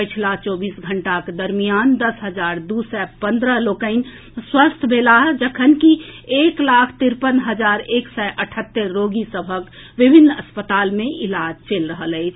पछिला चौबीस घंटाक दरमियान दस हजार दू सय पन्द्रह लोक स्वस्थ भेलाह जखनकि एक लाख तिरपन हजार एक सय अठहत्तरि रोगी सभक विभिन्न अस्पताल मे इलाज चलि रहल अछि